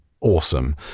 awesome